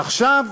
עכשיו,